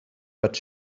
but